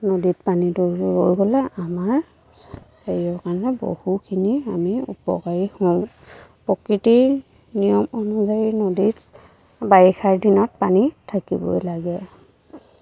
নদীত পানীটো ৰৈ গ'লে আমাৰ হেৰিঅৰ কাৰণে বহুখিনি আমি উপকাৰী হওঁ প্ৰকৃতিৰ নিয়ম অনুযায়ী নদীত বাৰিষাৰ দিনত পানী থাকিবই লাগে